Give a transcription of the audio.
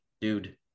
dude